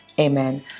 Amen